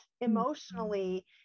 emotionally